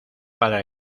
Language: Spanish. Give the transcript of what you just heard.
para